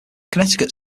connecticut